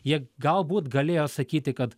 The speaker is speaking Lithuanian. jie galbūt galėjo sakyti kad